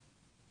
לב.